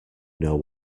know